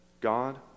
God